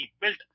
built